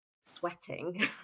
Sweating